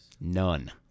None